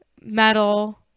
metal